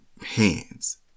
hands